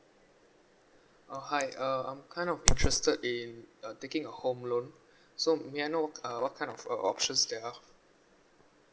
uh hi uh I'm kind of interested in uh taking a home loan so may I know uh what kind of uh options there are